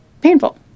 painful